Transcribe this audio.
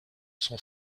son